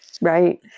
Right